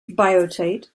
biotite